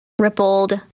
rippled